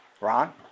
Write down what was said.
Ron